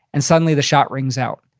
and suddenly the shot rings out.